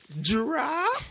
Drop